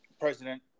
president